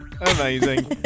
Amazing